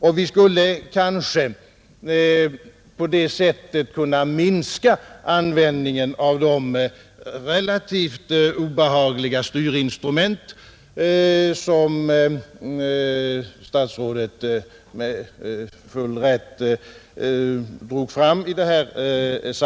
Och vi skulle kanske på det sättet kunna minska användningen av de relativt obehagliga styrinstrument som statsrådet med full rätt drog fram.